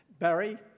Barry